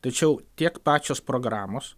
tačiau tiek pačios programos